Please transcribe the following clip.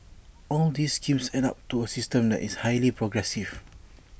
all these schemes add up to A system that is highly progressive